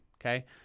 Okay